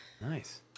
Nice